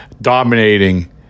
dominating